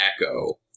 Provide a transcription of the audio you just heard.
echo